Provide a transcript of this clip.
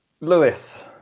Lewis